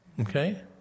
okay